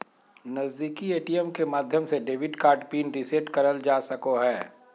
नजीदीकि ए.टी.एम के माध्यम से डेबिट कार्ड पिन रीसेट करल जा सको हय